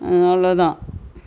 அவ்வளோ தான்